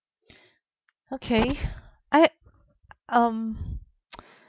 okay I um